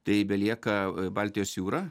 tai belieka baltijos jūra